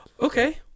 Okay